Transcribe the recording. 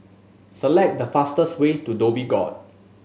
select the fastest way to Dhoby Ghaut